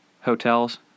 hotels